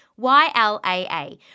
YLAA